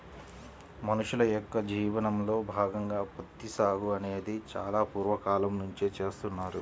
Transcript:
మనుషుల యొక్క జీవనంలో భాగంగా ప్రత్తి సాగు అనేది చాలా పూర్వ కాలం నుంచే చేస్తున్నారు